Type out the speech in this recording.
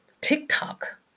TikTok